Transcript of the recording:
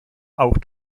auch